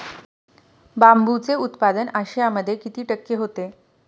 बांबूचे उत्पादन आशियामध्ये किती टक्के होते?